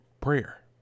prayer